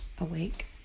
awake